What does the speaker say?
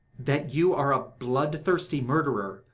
that you are a bloodthirsty murderer,